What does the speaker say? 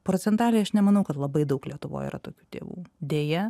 procentraliai aš nemanau kad labai daug lietuvoj yra tokių tėvų deja